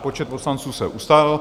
Počet poslanců se ustálil.